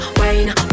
wine